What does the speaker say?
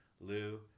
lou